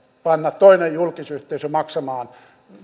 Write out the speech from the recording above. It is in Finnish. pannaan toinen julkisyhteisö maksamaan